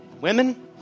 women